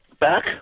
Back